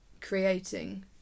creating